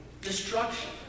destruction